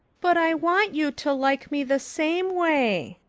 but i want you to like me the same way,